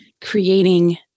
creating